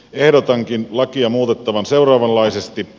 ehdotankin lakia muutettavan seuraavanlaisesti